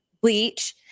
bleach